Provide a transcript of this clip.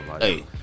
Hey